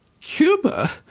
Cuba